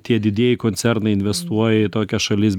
tie didieji koncernai investuoja į tokias šalis